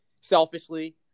selfishly